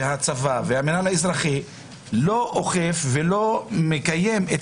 הצבא והמנהל האזרחי לא אוכפים ולא מקיימים את